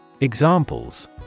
Examples